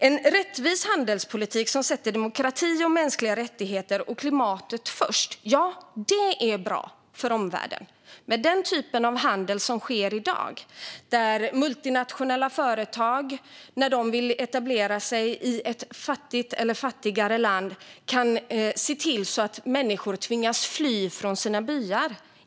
En rättvis handelspolitik som sätter demokrati, mänskliga rättigheter och klimatet först är bra för omvärlden. Men den typ av handel som sker i dag när multinationella företag vill etablera sig i ett fattigare land kan innebära att människor tvingas fly från sina byar.